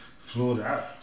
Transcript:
Florida